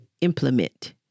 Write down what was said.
implement